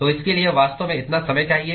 तो इसके लिए वास्तव में इतना समय चाहिए